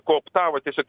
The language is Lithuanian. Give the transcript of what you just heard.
kooptavo tiesiog